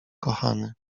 kochany